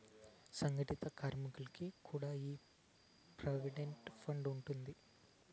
సంగటిత కార్మికులకి కూడా ఈ ప్రోవిడెంట్ ఫండ్ ఉండాది